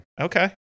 okay